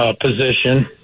position